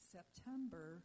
September